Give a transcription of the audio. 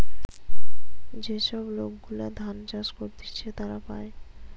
যে সব লোক গুলা ধান চাষ করতিছে তারা পায়